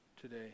today